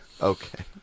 Okay